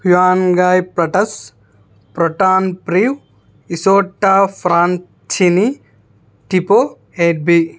హ్యూయన్గాయ్ ప్రటస్ ప్రొటాన్ ప్రీవ్ Isotta Fraschini Tipo ఎడ్బీ